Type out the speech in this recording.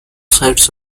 sides